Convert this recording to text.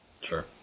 Sure